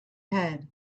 head